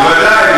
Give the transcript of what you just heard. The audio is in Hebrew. בוודאי.